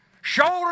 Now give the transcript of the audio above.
shoulder